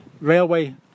railway